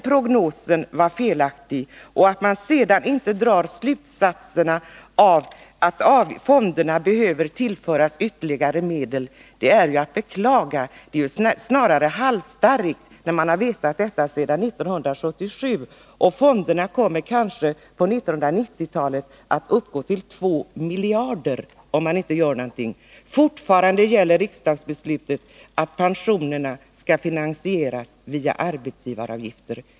Prognosen var alltså felaktig. Att man sedan inte drar slutsatserna av att fonderna behöver tillföras ytterligare medel är att beklaga. Det är snarast halsstarrigt med tanke på att man sedan 1977 vetat att fonderna behöver fyllas på och med tanke på att underskottet på fonderna på 1990-talet kan beräknas uppgå till 2 miljarder, om man inte gör någonting. Fortfarande gäller riksdagsbeslutet att pensionerna skall finansieras via arbetsgivaravgifter.